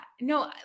No